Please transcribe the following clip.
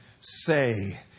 say